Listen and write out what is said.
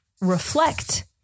reflect